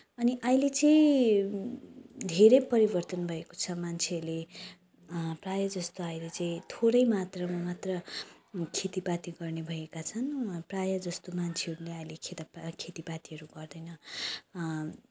अनि अहिले चाहिँ धेरै परिवर्तन भएको छ मान्छेले प्रायः जस्तो अहिले चाहिँ थोरै मात्रामा मात्र खेतीपाती गर्नेभएका छन् प्रायः जस्तो मान्छेहरूले अहिले खेतपात खेतीपातीहरू गर्दैनन्